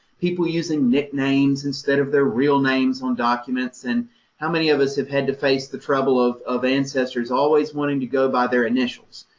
people using nicknames instead of their real names on documents and how many of us have had to face the trouble of of ancestors always wanting to go by their initials?